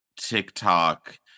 TikTok